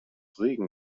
regen